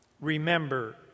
Remember